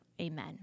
Amen